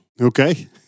Okay